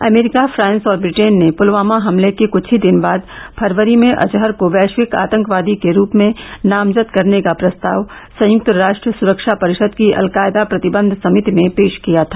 अमरीका France और Britain ने पुलवामा हमले के क्छ ही दिन बाद फरवरी में अजहर को वैश्विक आतंकवादी के रूप में नामजद करने का प्रस्ताव संयुक्त राष्ट्र सुरक्षा परिषद की अलकायदा प्रतिबंध समिति में पेश किया था